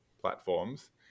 platforms